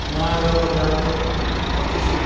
माघको जाडो कति साह्रो